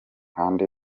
kandi